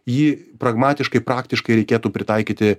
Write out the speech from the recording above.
ji pragmatiškai praktiškai reikėtų pritaikyti